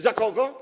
Za kogo?